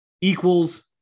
equals –